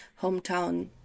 hometown